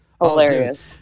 Hilarious